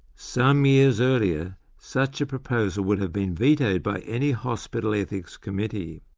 some years earlier, such a proposal would have been vetoed by any hospital ethics committee.